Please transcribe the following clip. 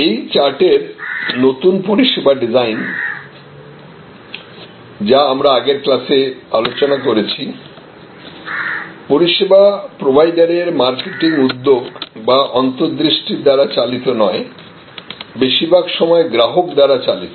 এই চার্টের নতুন পরিষেবা ডিজাইন যা আমরা আগের ক্লাসে আলোচনা করেছি পরিষেবা প্রোভাইডারের মার্কেটিং উদ্যোগ বা অন্তর্দৃষ্টির দ্বারা চালিত নয় বেশিরভাগ সময় গ্রাহক দ্বারা চালিত